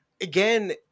Again